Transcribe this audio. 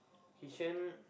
Kishan